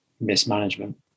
mismanagement